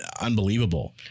unbelievable